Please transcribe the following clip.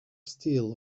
steel